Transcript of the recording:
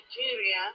Nigeria